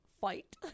fight